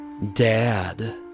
Dad